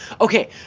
Okay